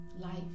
Life